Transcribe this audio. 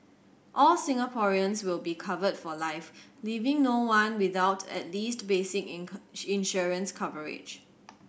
all Singaporeans will be covered for life leaving no one without at least basic insurance coverage